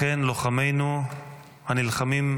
אנחנו נמות בטרם